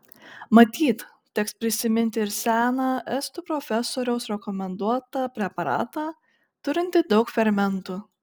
matyt teks prisiminti ir seną estų profesoriaus rekomenduotą preparatą turintį daug fermentų